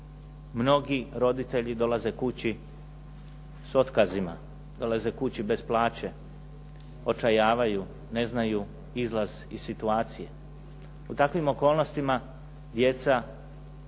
Mnogi roditelji dolaze kući s otkazima, dolaze kući bez plaće, očajavaju, ne znaju izlaz iz situacije. U takvim okolnostima djeca jako